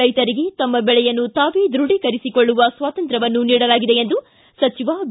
ರೈತರಿಗೆ ತಮ್ಮ ಬೆಳೆಯನ್ನು ತಾವೇ ದೃಢೀಕರಿಸಿಕೊಳ್ಳುವ ಸ್ನಾತಂತ್ರ್ಯವನ್ನು ನೀಡಲಾಗಿದೆ ಎಂದು ಸಚಿವ ಬಿ